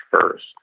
first